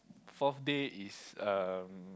fourth day is um